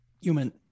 human